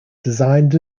designed